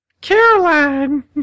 Caroline